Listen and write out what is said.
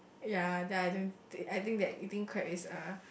ya then I think I think that eating crab is a